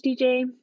DJ